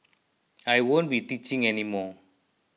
I won't be teaching any more